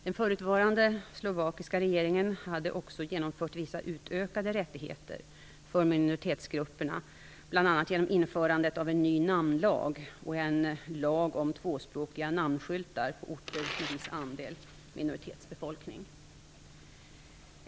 Den förutvarande slovakiska regeringen hade också genomfört vissa utökade rättigheter för minoritetsgrupperna, bl.a. genom införandet av en ny namnlag och en lag om tvåspråkiga namnskyltar på orter med viss andel minoritetsbefolkning.